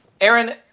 Aaron